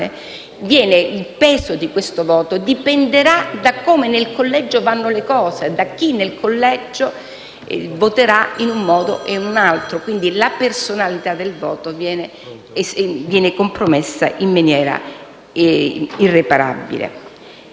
libero e personale, dipenderà da come nel collegio vanno le cose, da chi nel collegio voterà in un modo o in un altro. Quindi la personalità del voto viene compromessa in maniera irreparabile.